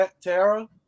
Tara